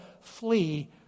flee